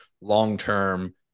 long-term